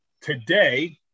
today